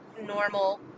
normal